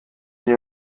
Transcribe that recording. gihe